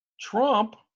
Trump